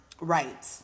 Right